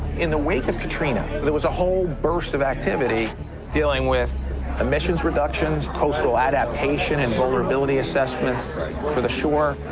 in the wake of katrina, there was a whole burst of activity dealing with emissions reductions, coastal adaptation, and vulnerability assessments for the shore.